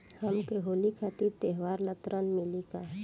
हमके होली खातिर त्योहार ला ऋण मिली का?